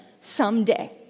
someday